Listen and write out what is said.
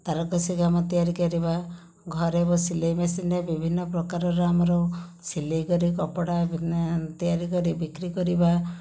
ତାରକଷି କାମ ତିଆରି କରିବା ଘରେ ବସି ସିଲେଇ ମେସିନରେ ବିଭିନ୍ନ ପ୍ରକାରର ଆମର ସିଲେଇ କରିବା କପଡ଼ା ତିଆରି କରି ବିକ୍ରୀ କରିବା